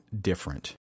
different